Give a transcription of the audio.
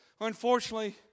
Unfortunately